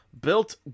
Built